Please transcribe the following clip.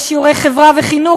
יש שיעורי חברה וחינוך,